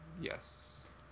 yes